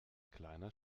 kleiner